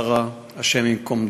השם ייקום דמן,